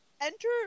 Enter